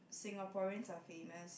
Singaporeans are famous